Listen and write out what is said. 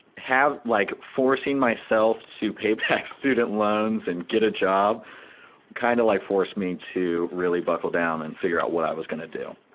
like forcing myself to pay back student loans and get a job kinda like forced me to really buckle down and figure out what i was gonna do.